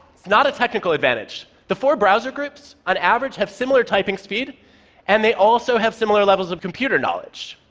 it's not a technical advantage. the four browser groups on average have similar typing speed and they also have similar levels of computer knowledge.